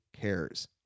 cares